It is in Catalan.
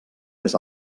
més